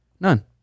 None